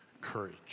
courage